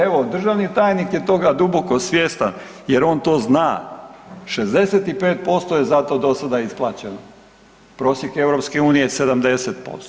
Evo državni tajnik je toga duboko svjestan jer on to zna, 65% je za to do sada isplaćeno, prosjek EU je 70%